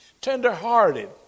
Tenderhearted